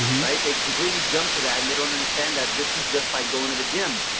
might they completely jump to that? and they don't understand that this is just like going to the gym.